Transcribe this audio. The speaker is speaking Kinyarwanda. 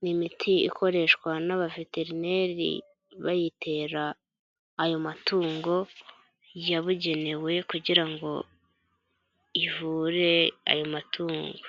ni imiti ikoreshwa n'abaveterineri bayitera ayo matungo yabugenewe kugira ngo ivure ayo matungo.